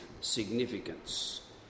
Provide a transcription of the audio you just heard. significance